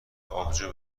آبجو